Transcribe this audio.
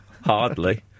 Hardly